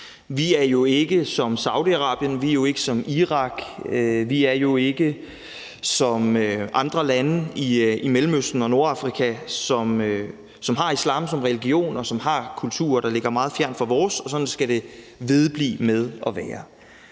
Vi er jo ikke som Saudi-Arabien, vi er ikke som Irak, og vi er ikke som andre lande i Mellemøsten og Nordafrika, som har islam som religion, og som har kulturer, der ligger meget fjernt fra vores, og sådan skal det vedblive med at være.